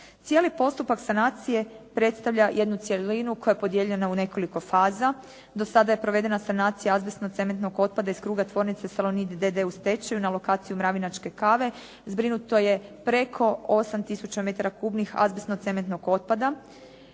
Cijeli postupak sanacije predstavlja jednu cjelinu koja je podijeljena u nekoliko faza. Do sada je provedena sanacija azbestno-cemetnog otpada iz kruga tvornice “Salonit“ d.d. u stečaju na lokaciji “mravinačke kave“. Zbrinuto je preko 8 tisuća metara kubnih azbestno-cementnog otpada.